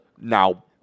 now